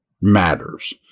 matters